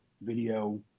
video